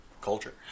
culture